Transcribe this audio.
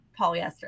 polyester